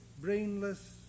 brainless